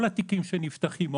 כל התיקים שנפתחים,